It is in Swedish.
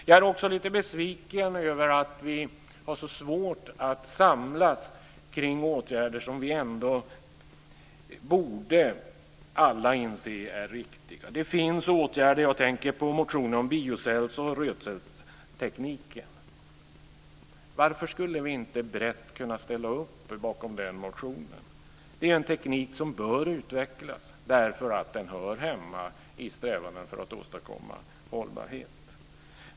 Jag är också lite besviken över att vi har så svårt att samlas kring åtgärder som vi alla ändå borde inse är riktiga. Det finns åtgärder. Jag tänker på motionen om biocells och rötcellstekniken. Varför skulle vi inte brett kunna ställa upp bakom den motionen? Det är en teknik som bör utvecklas därför att den hör hemma i strävandena att åstadkomma hållbarhet.